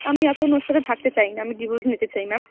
আমি এখন ওর সাথে থাকতে চাই না আমি ডিভোর্স নিতে চাই ম্যাম